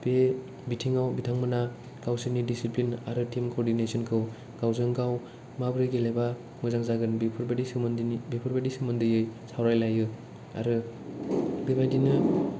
बे बिथिङाव बिथांमोना गावसोरनि डिसिप्लिन आरो टिम करडिनेशोनखौ गावजों गाव माबोरै गेलेबा मोजां जागोन बेफोरबायदि सोमोन्दोनि बेफोरबायदि सोमोन्दै सावरायलायो आरो बेबायदिनो